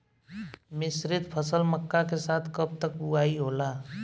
मिश्रित फसल मक्का के साथ कब तक बुआई होला?